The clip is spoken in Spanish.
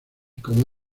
como